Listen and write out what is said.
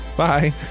Bye